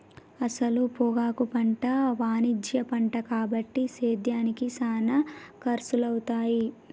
అసల పొగాకు పంట వాణిజ్య పంట కాబట్టి సేద్యానికి సానా ఖర్సులవుతాయి